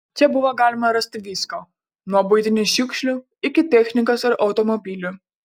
čia buvo galima rasti visko nuo buitinių šiukšlių iki technikos ir automobilių